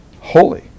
holy